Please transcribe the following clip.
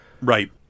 right